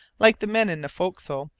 like the men in the forecastle,